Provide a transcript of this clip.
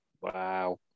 Wow